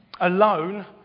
alone